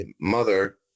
mother